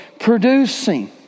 producing